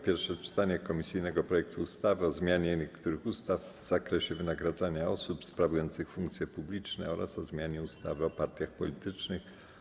Pierwsze czytanie komisyjnego projektu ustawy o zmianie niektórych ustaw w zakresie wynagradzania osób sprawujących funkcje publiczne oraz o zmianie ustawy o partiach politycznych.